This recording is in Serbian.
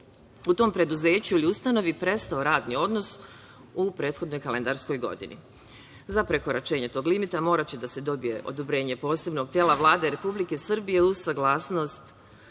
u tom preduzeću ili ustanovi prestao odnos u prethodnoj kalendarskoj godini. Za prekoračenje tog limita moraće da se dobije odobrenje posebnog tela Vlada Republike Srbije, uz saglasnost